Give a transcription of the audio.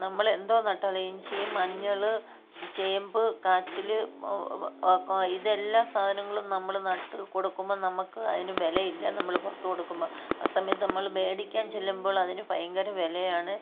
നമ്മൾ എന്തോ നട്ടാലും ഇഞ്ചി മഞ്ഞൾ ചേമ്പ് കാച്ചിൽ ഒക്കെ ഇതെല്ലാ സാധങ്ങളും നമ്മൾ നട്ട് കൊടുക്കുമ്പോൾ നമ്മൾക്ക് അതിന് വിലയില്ല നമ്മൾ പുറത്തു കൊടുക്കുമ്പോൾ ആ സമയത്ത് നമ്മൾ മേടിക്കാൻ ചെല്ലുമ്പോൾ അതിന് ഭയങ്കര വിലയാണ്